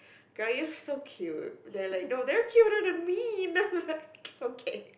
girl so cute they like no they're cuter than me no okay